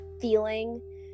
feeling